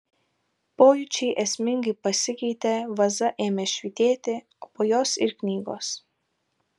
pojūčiai esmingai pasikeitė vaza ėmė švytėti o po jos ir knygos